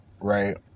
right